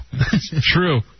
True